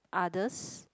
others